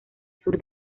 sur